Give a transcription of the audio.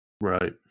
Right